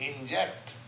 inject